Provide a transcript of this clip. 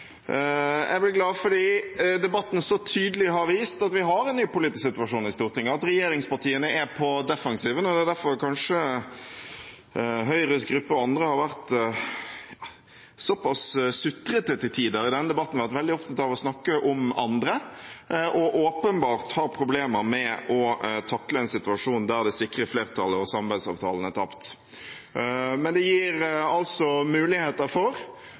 jeg blir glad fordi debatten så tydelig har vist at vi har en ny politisk situasjon i Stortinget, at regjeringspartiene er på defensiven. Det er kanskje derfor Høyres gruppe og andre har vært såpass sutrete til tider i denne debatten, har vært veldig opptatt av å snakke om andre og åpenbart har problemer med å takle en situasjon der det sikre flertallet og samarbeidsavtalen er tapt. Men det gir altså muligheter for